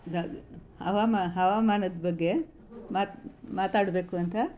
ಹವಾಮಾನ ಹವಾಮಾನದ ಬಗ್ಗೆ ಮಾತು ಮಾತಾಡಬೇಕು ಅಂತ